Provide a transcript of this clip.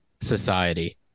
society